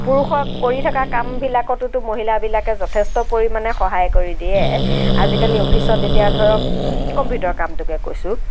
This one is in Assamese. পুৰুষৰ কৰি থকা কামবিলাকতোটো মহিলাবিলাকে যথেষ্ট পৰিমাণে সহায় কৰি দিয়ে আজিকালি অফিচত এতিয়া ধৰক কম্পিউটাৰৰ কামটোকে কৈছোঁ